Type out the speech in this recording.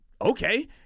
Okay